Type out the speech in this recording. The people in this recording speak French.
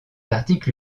article